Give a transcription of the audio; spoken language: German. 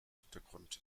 hintergrund